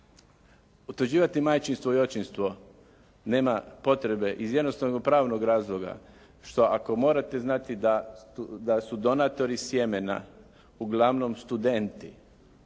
Utvrđivati majčinstvo i očinstvo nema potrebe iz jednostavnog pravnog razloga što ako morate znati da su donatori sjemena uglavnom studenti,